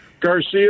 Garcia